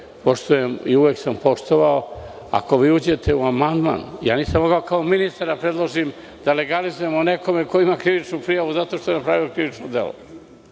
poštujem i uvek sam poštovao, ako vi uđete u amandman. Nisam mogao kao ministar da predložim da legalizujemo nekome koji ima krivičnu prijavu zato što je napravio krivično delo,